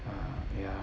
uh ya